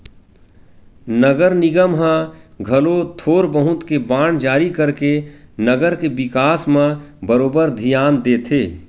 नगर निगम ह घलो थोर बहुत के बांड जारी करके नगर के बिकास म बरोबर धियान देथे